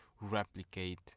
replicate